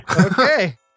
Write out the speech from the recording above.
Okay